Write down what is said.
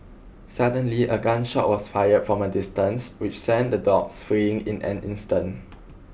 suddenly a gun shot was fired from a distance which sent the dogs fleeing in an instant